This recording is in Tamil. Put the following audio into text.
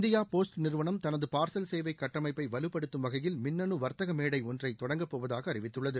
இந்தியா போஸ்ட் நிறுவனம் தனது பார்சல் சேவை கட்டமைப்பை வலுப்படுத்தும் வகையில் மின்னணு வர்த்தக மேளட ஒன்றை தொடங்கப்போவதாக அறிவித்துள்ளது